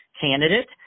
candidate